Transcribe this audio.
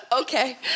okay